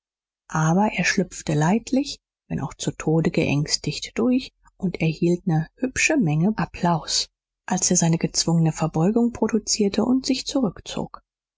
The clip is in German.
aber er schlüpfte leidlich wenn auch zu tode geängstigt durch und erhielt ne hübsche menge applaus als er seine gezwungene verbeugung produzierte und sich zurückzog